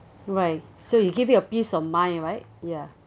right so you give it a peace of mind right ya